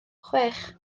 chwech